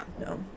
no